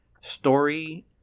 story